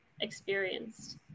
experienced